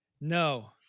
No